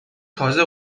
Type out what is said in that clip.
تازه